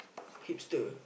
hipster